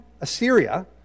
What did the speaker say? Assyria